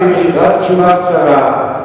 רק תשובה קצרה.